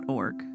org